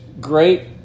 great